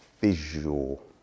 visual